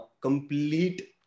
complete